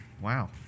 Wow